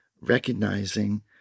recognizing